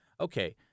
okay